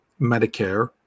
Medicare